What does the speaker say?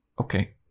Okay